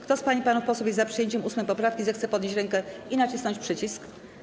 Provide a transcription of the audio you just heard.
Kto z pań i panów posłów jest za przyjęciem 8. poprawki, zechce podnieść rękę i nacisnąć przycisk.